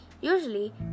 Usually